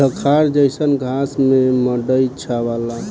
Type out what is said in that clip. झंखार जईसन घास से मड़ई छावला